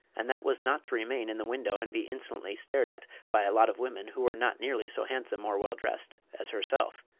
and that was not to remain in the window and be insolently stared at by a lot of women who were not nearly so handsome or well dressed as herself.